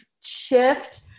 shift